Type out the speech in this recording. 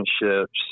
relationships